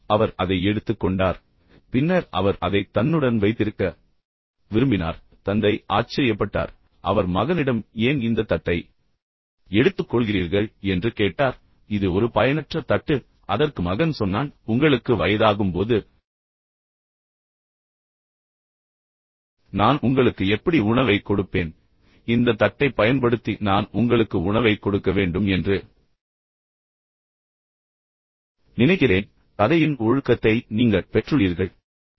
எனவே அவர் அதை எடுத்துக்கொண்டார் பின்னர் அவர் அதை தன்னுடன் வைத்திருக்க விரும்பினார் தந்தை ஆச்சரியப்பட்டார் பின்னர் அவர் மகனிடம் ஏன் இந்த தட்டை எடுத்துக்கொள்கிறீர்கள் என்று கேட்டார் இது ஒரு பயனற்ற தட்டு அதற்கு மகன் சொன்னான் உங்களுக்கு வயதாகும்போது நான் உங்களுக்கு எப்படி உணவைக் கொடுப்பேன் இந்த தட்டை பயன்படுத்தி நான் உங்களுக்கு உணவைக் கொடுக்க வேண்டும் என்று நினைக்கிறேன் கதையின் ஒழுக்கத்தை நீங்கள் பெற்றுள்ளீர்கள்